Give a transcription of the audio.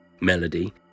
Melody